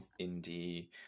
indie